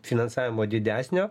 finansavimo didesnio